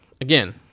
again